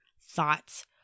thoughts